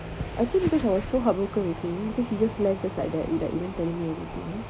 I think because I was so heartbroken with him because he just left just like that without even telling me anything